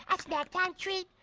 ah snack time treat